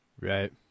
Right